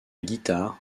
guitare